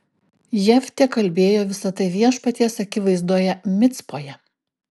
jeftė kalbėjo visa tai viešpaties akivaizdoje micpoje